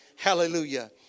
Hallelujah